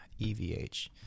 EVH